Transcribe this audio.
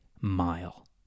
mile